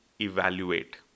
evaluate